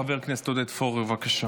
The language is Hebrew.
חבר הכנסת עודד פורר, בבקשה.